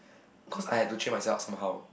cause I had to cheer myself up somehow